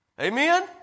Amen